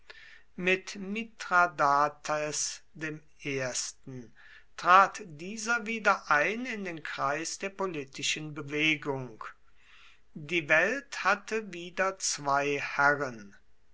mit mithradates i trat dieser wieder ein in den kreis der politischen bewegung die welt hatte wieder zwei herren